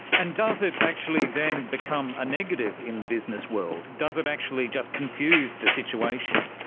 and does it actually then become a negative in the business world? does it actually just confuse the situation?